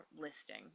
listing